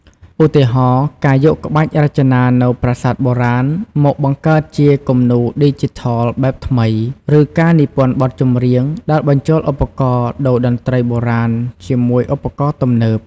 ឧទាហរណ៍ ការយកក្បាច់រចនានៅប្រាសាទបុរាណមកបង្កើតជាគំនូរឌីជីថលបែបថ្មី ឬការនិពន្ធបទចម្រៀងដែលបញ្ចូលឧបករណ៍តូរ្យតន្ត្រីបុរាណជាមួយឧបករណ៍ទំនើប។